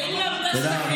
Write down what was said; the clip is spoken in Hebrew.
(אם אין לך בושה,